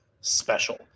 special